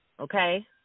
okay